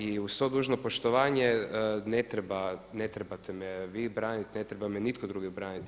I uz svo dužno poštovanje ne trebate me vi braniti, ne treba me nitko drugi braniti.